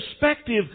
perspective